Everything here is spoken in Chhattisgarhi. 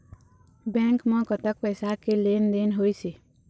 बैंक म कतक पैसा के लेन देन होइस हे?